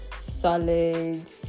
solid